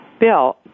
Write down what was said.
Bill